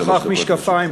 שלוש דקות